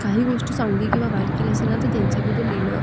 काही गोष्टी चांगली किंवा वाईट केली असेल ना तर त्यांच्याबद्दल लिहिणं